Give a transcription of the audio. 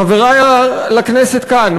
חברי לכנסת כאן,